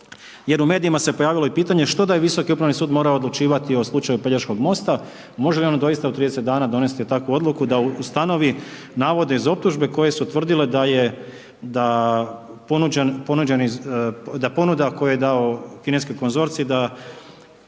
jer u medijima se pojavilo i pitanje, što da je Visoki upravi sud morao odlučivati o slučaju Pelješkog mosta? Može li ono doista u 30 dana donesti takvu odluku da ustanovi navode iz optužbe koje su tvrdile da ponuda koju je dao kineski konzorcij da